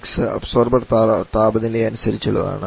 x absorber താപനിലയെ അനുസരിച്ചുള്ളതാണ്